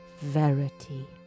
Verity